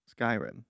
Skyrim